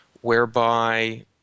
whereby